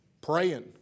Praying